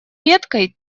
веткой